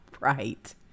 right